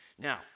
Now